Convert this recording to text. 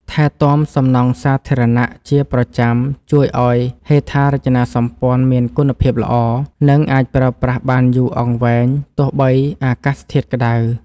ថែទាំសំណង់សាធារណៈជាប្រចាំជួយឱ្យហេដ្ឋារចនាសម្ព័ន្ធមានគុណភាពល្អ និង អាចប្រើប្រាស់បានយូរអង្វែងទោះបីអាកាសធាតុក្ដៅ។